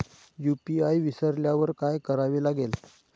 UPI विसरल्यावर काय करावे लागेल?